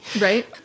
right